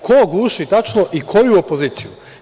Ko guši tačno i koju opoziciju?